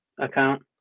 account